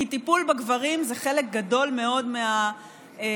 כי טיפול בגברים זה חלק גדול מאוד מהתוכנית.